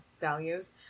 values